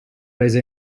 rese